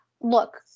Look